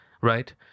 right